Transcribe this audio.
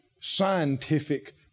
scientific